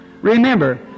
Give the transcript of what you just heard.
remember